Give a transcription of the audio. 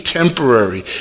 temporary